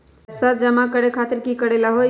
पैसा जमा करे खातीर की करेला होई?